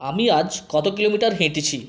আমি আজ কত কিলোমিটার হেঁটেছি